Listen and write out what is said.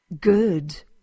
Good